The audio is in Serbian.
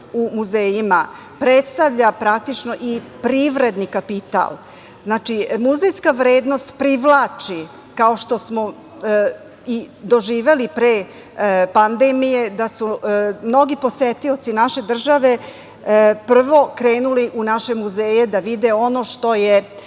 u muzejima predstavlja, praktično, i privredni kapital. Znači, muzejska vrednost privlači, kao što smo doživeli i pre pandemije, da su mnogi posetioci naše države prvo krenuli u naše muzeje da vide ono što je